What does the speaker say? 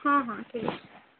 ହଁ ହଁ ଠିକ୍ ଅଛି